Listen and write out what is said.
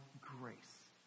grace